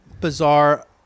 bizarre